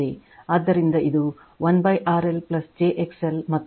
ಆದ್ದರಿಂದ ಇದು 1RL j XL ಮತ್ತು 1RC j XC